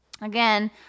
again